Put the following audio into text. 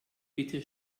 bitte